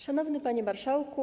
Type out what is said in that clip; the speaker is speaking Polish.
Szanowny Panie Marszałku!